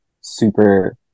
super